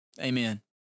Amen